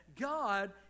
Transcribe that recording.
God